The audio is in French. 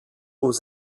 aux